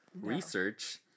research